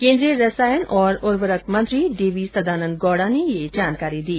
केन्द्रीय रसायन और उर्वरक मंत्री डी वी सदानन्द गौड़ा ने ये जानकारी दी